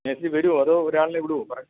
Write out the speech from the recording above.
മേശിരി വരുവോ അതോ ഒരാളിനെ വിടുവോ പറയ്